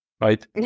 right